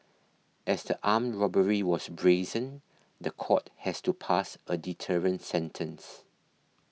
as the armed robbery was brazen the court has to pass a deterrent sentence